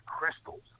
crystals